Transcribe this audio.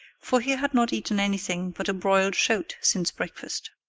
for he had not eaten anything but a broiled shote since breakfast.